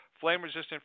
flame-resistant